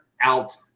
out